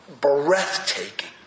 breathtaking